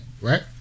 Right